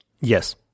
Yes